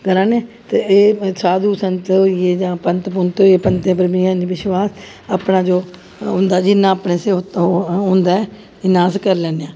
करा ने ते एह् साधु संत होई गे जां पंत पुंत होई गे पन्तै उप्पर उसी एह् नेईं विशवास अपना जो होंदा जिन्ना अपने से होता होंदा ऐ इन्ना अस करी लैन्ने आं